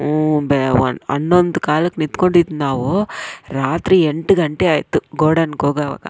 ಹ್ಞೂ ಬೆಳ ಒಂದು ಹನ್ನೊಂದು ಕಾಲಿಗೆ ನಿತ್ಕೊಂಡಿದ್ದು ನಾವು ರಾತ್ರಿ ಎಂಟು ಗಂಟೆ ಆಯಿತು ಗೋಡನ್ಗೋಗೋವಾಗ